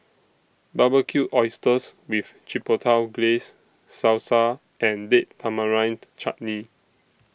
Barbecued Oysters with Chipotle Glaze Salsa and Date Tamarind Chutney